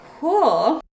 Cool